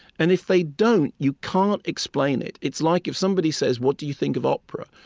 and if they don't, you can't explain it. it's like if somebody says, what do you think of opera?